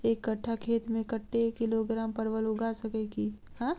एक कट्ठा खेत मे कत्ते किलोग्राम परवल उगा सकय की??